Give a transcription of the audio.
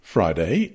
Friday